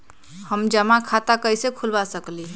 हम जमा खाता कइसे खुलवा सकली ह?